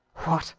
what,